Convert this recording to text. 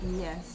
Yes